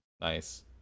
Nice